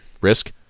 Risk